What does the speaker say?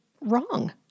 wrong